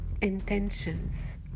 intentions